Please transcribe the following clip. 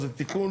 זה תיקון